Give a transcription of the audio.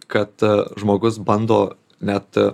kad žmogus bando net